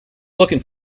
looking